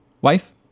Wife